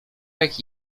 jak